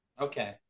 Okay